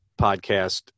podcast